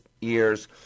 years